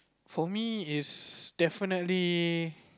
for me it's definitely